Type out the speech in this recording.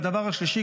הדבר השלישי,